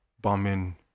bombing